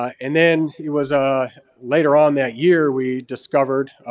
and then it was ah later on that year, we discovered,